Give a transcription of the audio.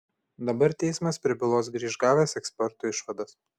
dabar teismas prie bylos grįš gavęs ekspertų išvadas